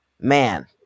man